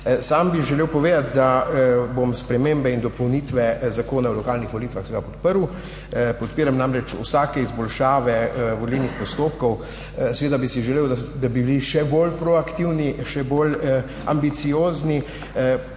Sam bi želel povedati, da bom spremembe in dopolnitve Zakona o lokalnih volitvah seveda podprl. Podpiram namreč vsake izboljšave volilnih postopkov. Seveda bi si želel, da bi bili še bolj proaktivni, še bolj ambiciozni.